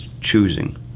choosing